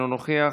אינו נוכח,